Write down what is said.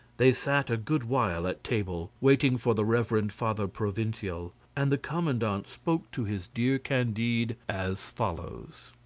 they sat a good while at table, waiting for the reverend father provincial, and the commandant spoke to his dear candide as follows.